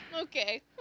Okay